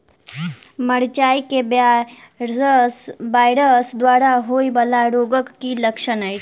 मिरचाई मे वायरस द्वारा होइ वला रोगक की लक्षण अछि?